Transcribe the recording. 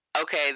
okay